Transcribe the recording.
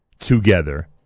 together